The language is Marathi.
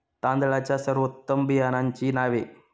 तांदळाच्या सर्वोत्तम बियाण्यांची नावे?